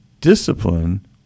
discipline